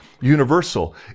Universal